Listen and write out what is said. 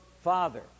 Father